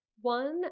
One